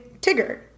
Tigger